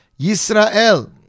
Yisrael